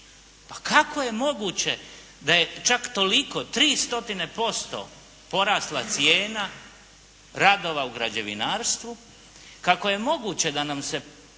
Pa kako je moguće da je čak toliko 300% porasla cijena radova u građevinarstvu, kako je moguće da nam se